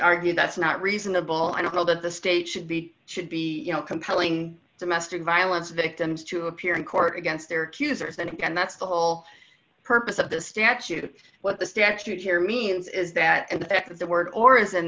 argue that's not reasonable i don't know that the state should be should be compelling domestic violence victims to appear in court against their cues or any and that's the whole purpose of the statute what the statute here means is that the word or isn't